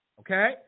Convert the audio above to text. Okay